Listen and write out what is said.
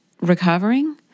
recovering